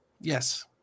Yes